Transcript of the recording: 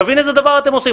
תבין איזה דבר אתם עושים,